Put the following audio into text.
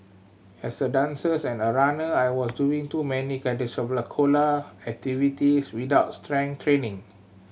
as a dancers and a runner I was doing too many cardiovascular activities without strength training